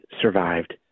survived